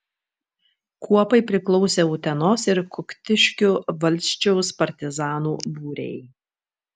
kuopai priklausė utenos ir kuktiškių valsčiaus partizanų būriai